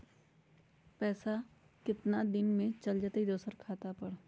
पैसा कितना दिन में चल जाई दुसर खाता पर?